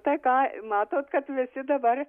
tai ką matot kad visi dabar